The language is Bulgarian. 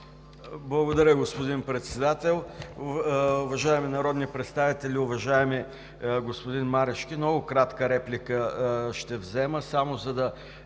Благодаря, господин Председател. Уважаеми народни представители! Уважаеми господин Марешки, ще взема много кратка реплика само за да